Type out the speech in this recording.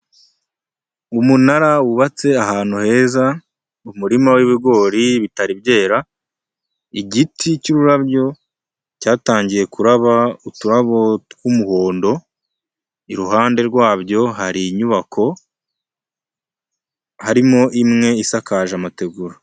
Umunara wubatse ahantu heza mu murima w'ibigori bitari byera igiti cy'ururabyo cyatangiye kuraba uturabo tw'umuhondo, iruhande rwabyo hari inyubako harimo imwe isakaje amategura.